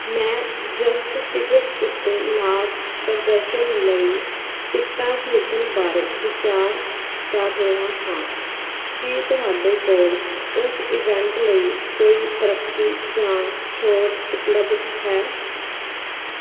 ਮੈਂ just tickets ਉੱਤੇ ਨਾਚ ਪ੍ਰਦਰਸ਼ਨ ਲਈ ਟਿਕਟਾਂ ਖਰੀਦਣ ਬਾਰੇ ਵਿਚਾਰ ਕਰ ਰਿਹਾ ਹਾਂ ਕੀ ਤੁਹਾਡੇ ਕੋਲ ਉਸ ਈਵੈਂਟ ਲਈ ਕੋਈ ਤਰੱਕੀ ਜਾਂ ਛੋਟ ਉਪਲਬਧ ਹੈ